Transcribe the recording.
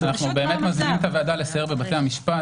אנחנו מזמינים את הוועדה לסייר בבתי המשפט